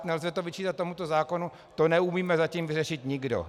Nelze to vyčítat tomuto zákonu, to neumíme zatím vyřešit nikdo.